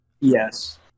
Yes